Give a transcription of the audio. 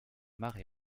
marée